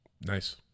Nice